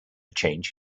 change